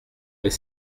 mais